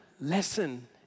lesson